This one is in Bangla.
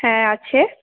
হ্যাঁ আছে